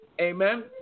Amen